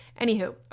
Anywho